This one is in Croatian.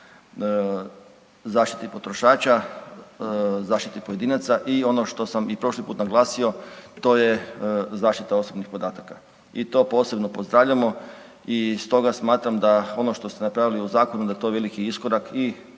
zaštiti potrošača, zaštiti pojedinaca i ono što sam i prošli put naglasio to je zaštita osobnih podataka i to posebno pozdravljamo. I stoga smatram da ono što ste napravili u zakonu da je to veliki iskorak i